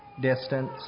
distance